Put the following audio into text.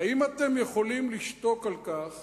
האם אתם יכולים לשתוק על כך